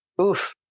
Oof